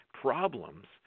problems